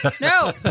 No